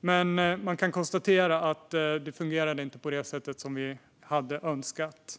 Men man kan konstatera att det inte fungerade på det sätt som vi hade önskat.